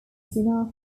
soon